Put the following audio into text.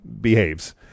behaves